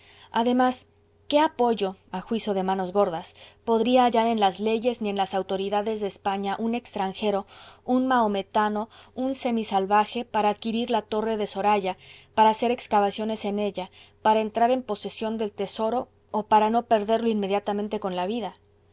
además qué apoyo a juicio de manos gordas podría hallar en las leyes ni en las autoridades de españa un extranjero un mahometano un semi salvaje para adquirir la torre de zoraya para hacer excavaciones en ella para entrar en posesión del tesoro o para no perderlo inmediatamente con la vida